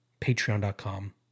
Patreon.com